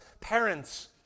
parents